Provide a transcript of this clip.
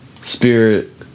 spirit